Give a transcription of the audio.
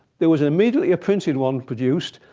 there was immediately a printed one produced,